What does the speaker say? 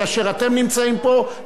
כאשר אתם נמצאים פה,